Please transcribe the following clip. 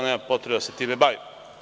Nema potrebe da se time bavimo.